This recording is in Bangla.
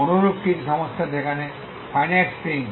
অনুরূপ কিছু সমস্যা যেখানে ফাইনাইট স্ট্রিং